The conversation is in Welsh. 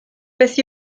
beth